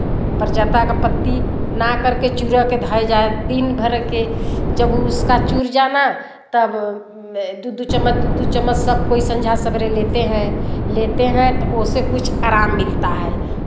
परजत्ता का पत्ती ना करके चूड़ा के धइल जाए दिन भर के जब उसका चूड़ जाना तब में दो दो चम्मच दो दो चम्मच सब कोई संझा सवेरे लेते हैं लेते हैं तो उससे कुछ आराम मिलता है